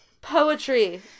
Poetry